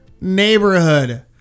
neighborhood